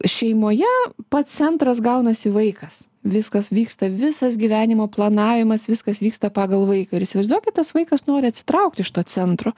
šeimoje pats centras gaunasi vaikas viskas vyksta visas gyvenimo planavimas viskas vyksta pagal vaiką ir įsivaizduokit tas vaikas nori atsitraukti iš to centro